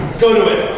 go to it.